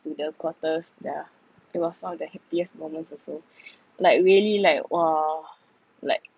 to the quarters yeah it was one of the happiest moments also like really like !whoa! like